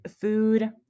food